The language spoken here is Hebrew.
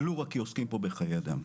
ולו רק כי עוסקים פה בחיי אדם.